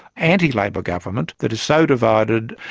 anti-labor government that is so divided,